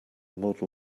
model